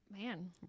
Man